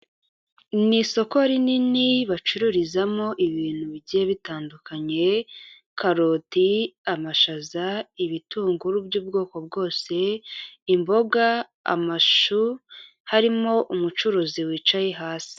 Ni isoko rinini bacururizamo ibintu bigiye bitandukanye, karoti, amashaza, ibitunguru by'ubwoko bwose, imboga, amashu, harimo umucuruzi wicaye hasi.